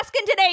today